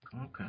Okay